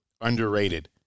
underrated